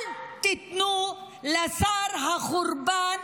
אל תיתנו לשר החורבן